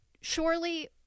surely